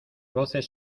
voces